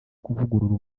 kuvugurura